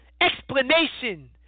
explanation